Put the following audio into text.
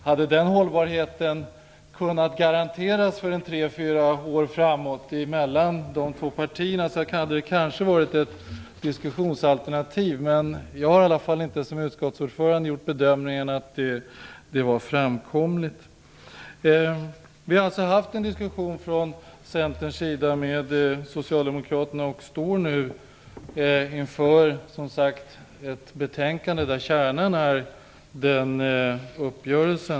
Hade den hållbarheten kunnat garanteras för en tre fyra år framåt mellan de två partierna hade det kanske varit ett diskussionsalternativ. Jag som utskottsordförande har i varje fall inte gjort bedömningen att det var framkomligt. Centern har alltså fört en diskussion med Socialdemokraterna och står nu inför ett betänkande där kärnan är denna uppgörelse.